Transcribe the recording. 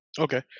Okay